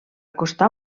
costar